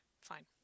Fine